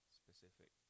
specific